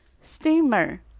Steamer